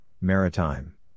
Maritime